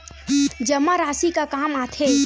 जमा राशि का काम आथे?